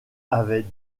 avait